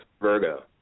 Virgo